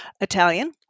italian